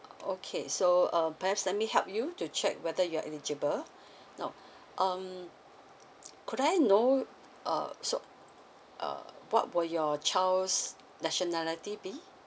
okay so um perhaps let me help you to check whether you are eligible now um could I know uh so uh what will your child's nationality be